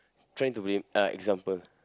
trying to be uh example